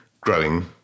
growing